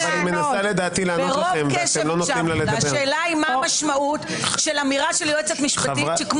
נראה לי שהיועצת המשפטית מנסה לדבר,